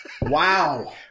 Wow